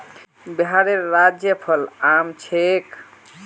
बिहारेर राज्य फल आम छिके